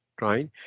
right